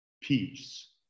peace